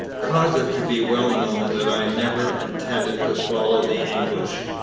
cause it to be well known that i never intended to follow the english.